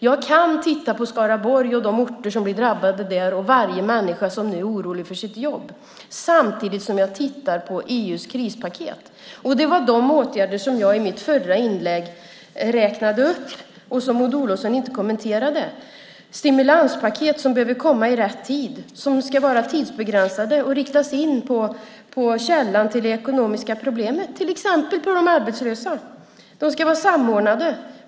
Jag kan titta på Skaraborg, de orter som blir drabbade där och varje människa som nu är orolig för sitt jobb, samtidigt som jag tittar på EU:s krispaket. De åtgärder som jag räknade upp i mitt förra inlägg kommenterade inte Maud Olofsson: stimulanspaket som behöver komma i rätt tid, som ska vara tidsbegränsade och riktas in på källan till det ekonomiska problemet, till exempel på de arbetslösa. De ska vara samordnade.